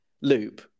loop